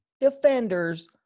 defenders